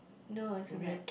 no as in like